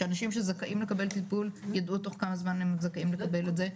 שאנשים שזכאים לקבל טיפול ידעו תוך כמה זמן הם זכאים לקבל את זה,